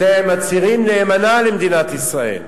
אתם מצהירים נאמנה למדינת ישראל,